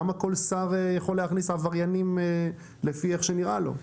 למה כל שר יכול להכניס עבריינים לפי איך שנראה לו?